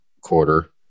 quarter